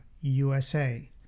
USA